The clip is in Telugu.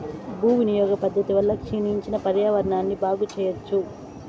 భూ వినియోగ పద్ధతి వల్ల క్షీణించిన పర్యావరణాన్ని బాగు చెయ్యచ్చు